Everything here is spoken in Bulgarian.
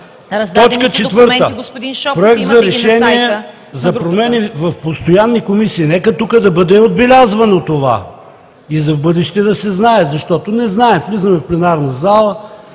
Точка четвърта: „Проект на решение за промени в постоянни комисии“. Нека тук да бъде отбелязвано това и за в бъдеще да се знае, защото не знаем. Влизаме в пленарната зала,